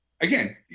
again